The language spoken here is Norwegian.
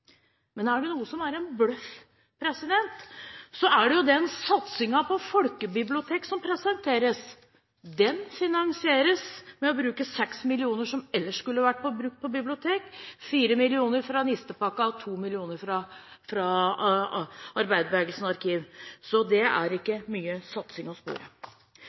Men er det noe som er en bløff, er det jo den satsingen på folkebibliotek som presenteres. Den finansieres med å bruke 6 mill. kr, som ellers skulle vært brukt på bibliotek – 4 mill. kr fra Den kulturelle nistepakka og 2 mill. kr fra Arbeiderbevegelsens arkiv – så der er det ikke mye satsing å